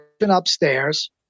upstairs